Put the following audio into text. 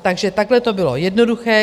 Takže takhle to bylo jednoduché.